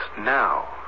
now